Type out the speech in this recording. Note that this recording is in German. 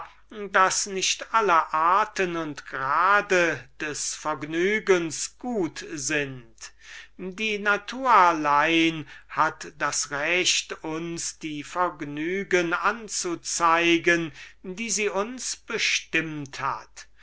daß nicht alle arten und grade des vergnügens gut sind die natur allein hat das recht uns die vergnügen anzuzeigen die sie uns bestimmt hat